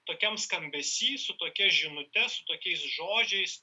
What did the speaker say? tokiam skambesy su tokia žinute su tokiais žodžiais